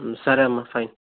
సరే అమ్మ ఫైన్